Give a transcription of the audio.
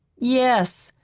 yes,